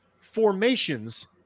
formations